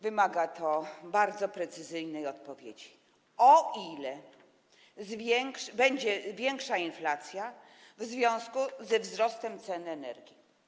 Wymaga to bardzo precyzyjnej odpowiedzi: O ile większa będzie inflacja w związku ze wzrostem cen energii?